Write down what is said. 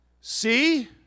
See